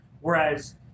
whereas